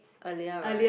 earlier right